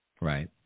right